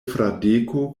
fradeko